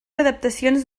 adaptacions